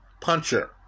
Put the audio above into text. puncher